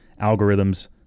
algorithms